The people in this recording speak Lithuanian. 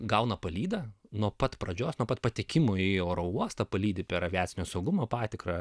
gauna palydą nuo pat pradžios nuo pat patekimo į oro uostą palydi per aviacinio saugumo patikrą